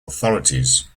authorities